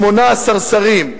18 שרים.